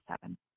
seven